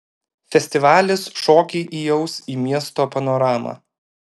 festivalis šokį įaus į miesto panoramą